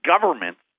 governments